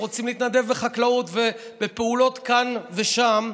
רוצים להתנדב בחקלאות ובפעולות כאן ושם,